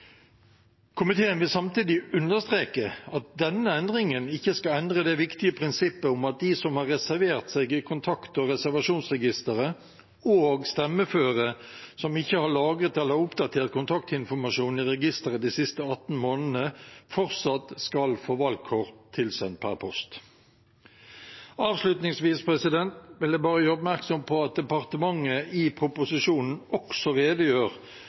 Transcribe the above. Komiteen vil samtidig understreke at denne endringen ikke skal endre det viktige prinsippet om at de som har reservert seg i kontakt- og reservasjonsregisteret og stemmeføre som ikke har lagret eller oppdatert kontaktinformasjon i registeret de siste 18 månedene, fortsatt skal få valgkort tilsendt per post. Avslutningsvis vil jeg bare gjøre oppmerksom på at departementet i proposisjonen også redegjør